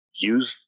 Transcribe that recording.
use